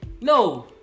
No